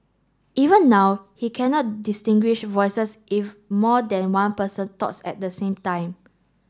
even now he cannot distinguish voices if more than one person talks at the same time